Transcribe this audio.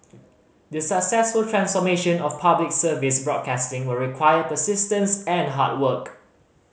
the successful transformation of Public Service broadcasting will require persistence and hard work